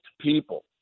people